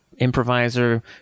improviser